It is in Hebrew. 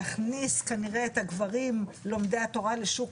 להכניס כנראה את הדברים לומדי התורה לשוק